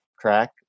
track